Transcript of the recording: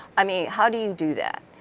i mean how do you do that?